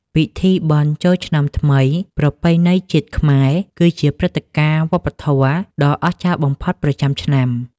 ពិធីបុណ្យចូលឆ្នាំថ្មីប្រពៃណីជាតិខ្មែរ គឺជាព្រឹត្តិការណ៍វប្បធម៌ដ៏អស្ចារ្យបំផុតប្រចាំឆ្នាំ។